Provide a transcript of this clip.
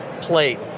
plate